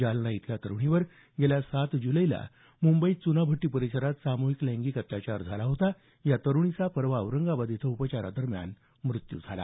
जालना इथल्या तरुणीवर गेल्या सात जुलैला मुंबईत चुनाभट्टी परिसरात सामुहिक लैंगिक अत्याचार झाला होता या तरुणीचा परवा औरंगाबाद इथं उपचारादरम्यान मृत्यू झाला